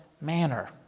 manner